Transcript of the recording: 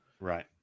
Right